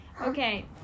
okay